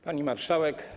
Pani Marszałek!